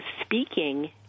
speaking